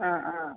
ആ ആ